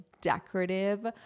decorative